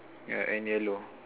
ya and yellow